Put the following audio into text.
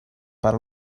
per